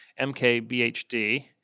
MKBHD